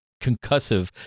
concussive